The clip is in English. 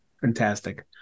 Fantastic